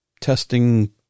testing